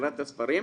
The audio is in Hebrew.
מכירת הספרים.